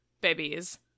babies